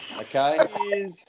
okay